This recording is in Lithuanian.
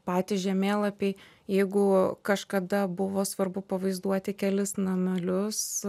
patys žemėlapiai jeigu kažkada buvo svarbu pavaizduoti kelis namelius